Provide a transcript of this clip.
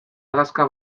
adaxka